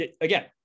again